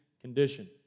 condition